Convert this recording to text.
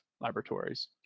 Laboratories